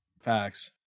Facts